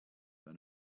than